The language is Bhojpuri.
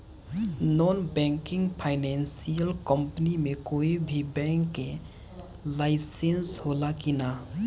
नॉन बैंकिंग फाइनेंशियल कम्पनी मे कोई भी बैंक के लाइसेन्स हो ला कि ना?